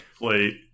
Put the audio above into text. play